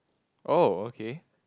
oh okay